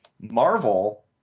Marvel